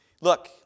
Look